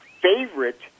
favorite